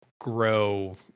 grow